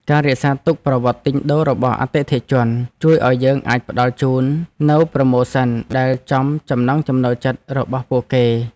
ការរក្សាទុកប្រវត្តិទិញដូររបស់អតិថិជនជួយឱ្យយើងអាចផ្ដល់ជូននូវប្រូម៉ូសិនដែលចំចំណង់ចំណូលចិត្តរបស់ពួកគេ។